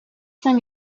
saint